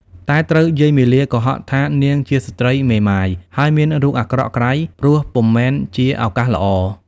តែត្រូវយាយមាលាកុហកថានាងជាស្ត្រីមេម៉ាយ ហើយមានរូបអាក្រក់ក្រៃ ព្រោះពុំមែនជាឱកាសល្អ។